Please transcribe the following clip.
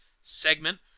segment